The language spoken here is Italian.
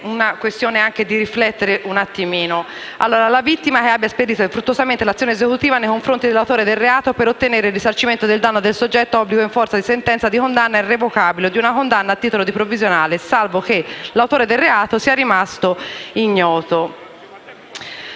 patrocinio a spese dello Stato; *b)* che la vittima abbia già esperito infruttuosamente l'azione esecutiva nei confronti dell'autore del reato per ottenere il risarcimento del danno dal soggetto obbligato in forza di sentenza di condanna irrevocabile o di una condanna a titolo di provvisionale, salvo che l'autore del reato sia rimasto ignoto;